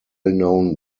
known